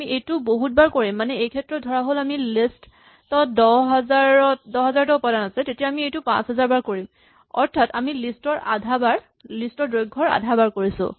আমি এইটো বহুতবাৰ কৰিম মানে এইক্ষেত্ৰত ধৰাহ'ল আমাৰ লিষ্ট ত ১০০০০ টা উপাদান আছে তেতিয়া আমি এইটো ৫০০০ বাৰ কৰিম অৰ্থাৎ আমি লিষ্ট ৰ দৈৰ্ঘ্যৰ আধা বাৰ কৰিছো